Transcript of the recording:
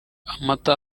amata